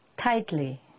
tightly